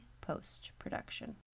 post-production